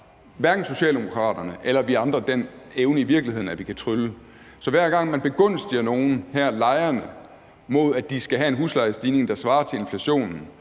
hverken Socialdemokraterne eller vi andre den evne i virkeligheden, at vi kan trylle. Så hver gang man begunstiger nogle, her lejerne, og beskytter dem mod, at de skal have en huslejestigning, der svarer til inflationen,